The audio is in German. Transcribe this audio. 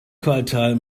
quartal